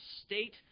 state